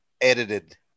edited